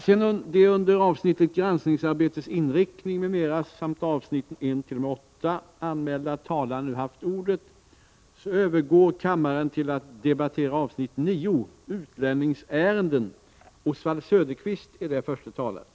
Sedan de under avsnittet Granskningsarbetets inriktning, m.m. anmälda talarna nu haft ordet övergår kammaren till att debattera avsnittet TCO konflikten våren 1985.